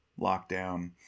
lockdown